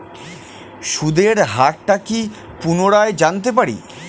সুদের হার টা কি পুনরায় জানতে পারি?